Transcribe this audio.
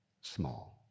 small